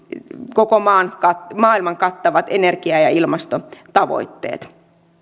koko maailman kattavat energia ja ja ilmastotavoitteet